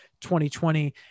2020